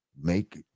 make